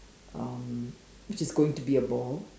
um which is going to be a ball